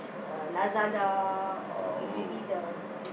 uh Lazada or maybe the